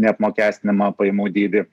neapmokestinamą pajamų dydį